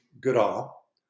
Goodall